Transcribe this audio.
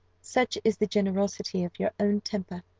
such is the generosity of your own temper,